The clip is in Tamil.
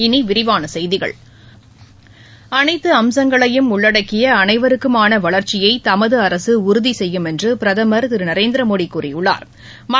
இனி விரிவான செய்கிகள் அனைத்து அம்சங்களையும் உள்ளடக்கிய அனைவருக்குமான வளர்ச்சியை தமது அரசு உறுதி செய்யும் என்று பிரதமா் திரு நரேந்திரமோடி கூறியுள்ளாா்